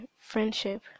friendship